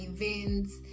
events